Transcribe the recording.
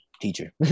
teacher